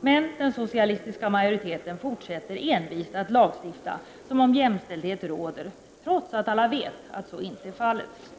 Men den socialistiska majoriteten fortsätter envist att lagstifta som om jämställdhet råder — trots att alla vet att så inte är fallet.